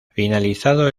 finalizado